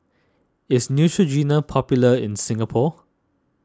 is Neutrogena popular in Singapore